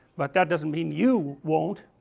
but that doesn't mean you won't